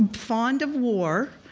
fond of war,